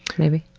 maybe.